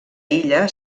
illa